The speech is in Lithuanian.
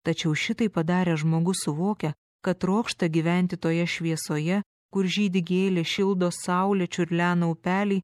tačiau šitai padaręs žmogus suvokia kad trokšta gyventi toje šviesoje kur žydi gėlės šildo saulė čiurlena upeliai